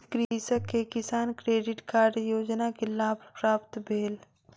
कृषक के किसान क्रेडिट कार्ड योजना के लाभ प्राप्त भेल